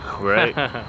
Right